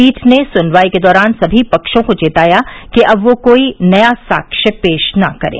पीठ ने सुनवाई के दौरान सभी पक्षों को चेताया कि अब वे कोई नया साक्ष्य पेश न करें